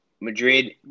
Madrid